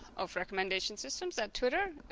of recommendation systems at twitter